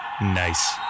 Nice